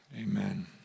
amen